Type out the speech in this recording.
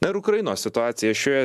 na ir ukrainos situacija šioje